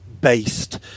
based